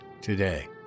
today